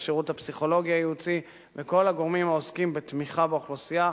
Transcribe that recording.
השירות הפסיכולוגי-הייעוצי וכל הגורמים העוסקים בתמיכה באוכלוסייה.